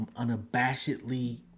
unabashedly